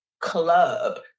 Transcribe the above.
club